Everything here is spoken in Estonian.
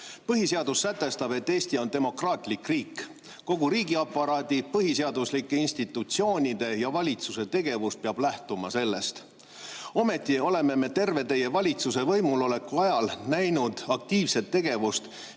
Põhiseadus sätestab, et Eesti on demokraatlik riik. Kogu riigiaparaadi, põhiseaduslike institutsioonide ja valitsuse tegevus peab sellest lähtuma. Ometi oleme terve teie valitsuse võimuloleku aja näinud aktiivset tegevust,